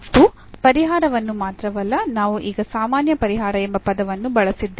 ಮತ್ತು ಪರಿಹಾರವನ್ನು ಮಾತ್ರವಲ್ಲ ನಾವು ಈಗ ಸಾಮಾನ್ಯ ಪರಿಹಾರ ಎಂಬ ಪದವನ್ನು ಬಳಸಿದ್ದೇವೆ